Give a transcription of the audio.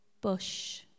bush